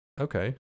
okay